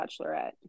bachelorette